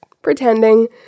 Pretending